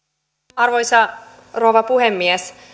arvoisa rouva puhemies